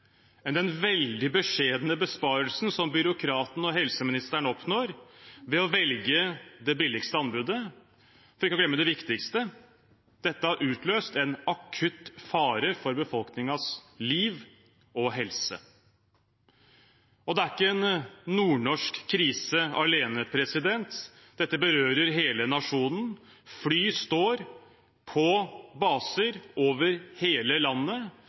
enn den veldig beskjedne besparelsen som byråkratene og helseministeren oppnår ved å velge det billigste anbudet. For ikke å glemme det viktigste: Dette har utløst en akutt fare for befolkningens liv og helse. Det er ikke en nordnorsk krise alene, dette berører hele nasjonen. Fly står på baser over hele landet.